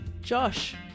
Josh